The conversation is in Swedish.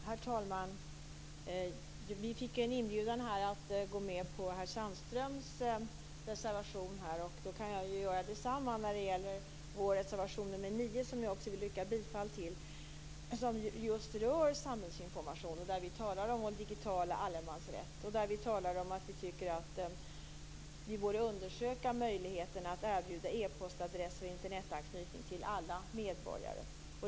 Herr talman! Vi fick här en inbjudan att gå med på herr Sandströms reservation. Då kan jag göra detsamma när det gäller vår reservation nr 9, som jag också vill yrka bifall till. Den rör just samhällsinformation. Vi talar här om vår digitala allemansrätt och om att man borde undersöka möjligheten att erbjuda e-postadresser och Internetanknytning till alla medborgare.